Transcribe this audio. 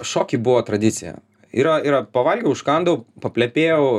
šokiai buvo tradicija yra yra pavalgiau užkandau paplepėjau